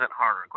harder